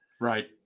Right